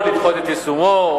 או לדחות את יישומו,